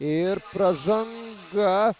ir pražanga